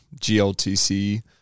gltc